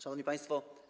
Szanowni Państwo!